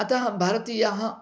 अतः भारतीयाः